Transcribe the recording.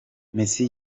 messi